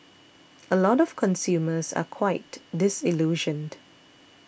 a lot of consumers are quite disillusioned